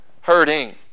hurting